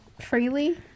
freely